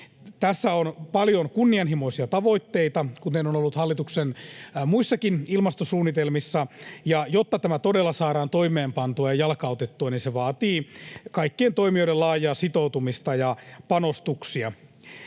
Tässä on paljon kunnianhimoisia tavoitteita, kuten on ollut hallituksen muissakin ilmastosuunnitelmissa, ja jotta tämä todella saadaan toimeenpantua ja jalkautettua, se vaatii kaikkien toimijoiden laajaa sitoutumista ja panostuksia.